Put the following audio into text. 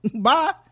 bye